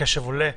הקשב עולה.